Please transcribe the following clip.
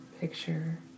Picture